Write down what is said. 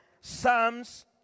Psalms